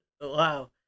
Wow